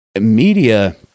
Media